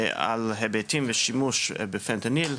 על היבטים לשימוש בפנטניל,